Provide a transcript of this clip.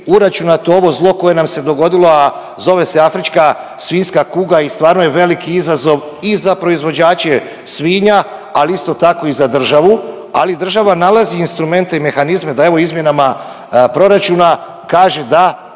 uračunato ovo zlo koje nam se dogodilo, a zove se afrička svinjska kuga i stvarno je veliki izazov i za proizvođače svinja, ali isto tako i za državu, ali država nalazi instrumente i mehanizme da evo, izmjenama proračuna kaže da